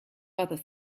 other